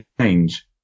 change